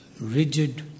rigid